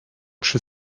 przy